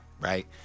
right